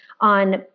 on